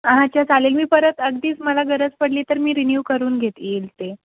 अच्छा चालेल मी परत अगदीच मला गरज पडली तर मी रिन्यू करून घेत येईल ते